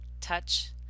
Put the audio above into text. touch